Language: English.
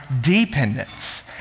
dependence